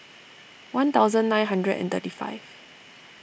one thousand nine hundred and thirty five